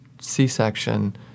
C-section